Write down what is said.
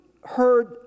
heard